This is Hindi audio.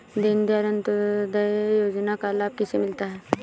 दीनदयाल अंत्योदय योजना का लाभ किसे मिलता है?